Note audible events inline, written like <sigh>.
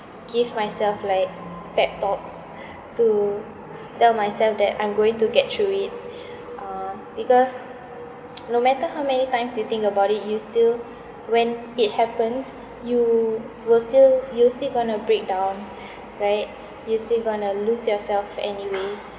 give myself like pep talks to tell myself that I'm going to get through it uh because <noise> no matter how many times you think about it you still when it happens you will still you still going to breakdown right you still going to lose yourself anyway